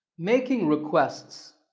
making requests.